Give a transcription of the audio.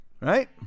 Right